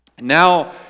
Now